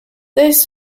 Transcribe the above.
this